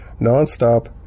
nonstop